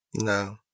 No